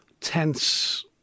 tense